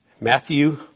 Matthew